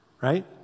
right